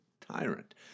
tyrant